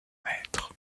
maître